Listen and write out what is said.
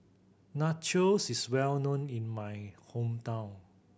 nachos is well known in my hometown